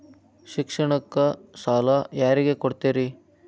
ಶಿಕ್ಷಣಕ್ಕ ಸಾಲ ಯಾರಿಗೆ ಕೊಡ್ತೇರಿ?